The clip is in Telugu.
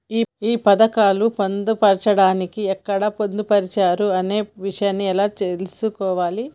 ఈ పథకాలు పొందడానికి ఎక్కడ పొందుపరిచారు అనే విషయాన్ని ఎలా తెలుసుకోవాలి?